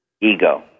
Ego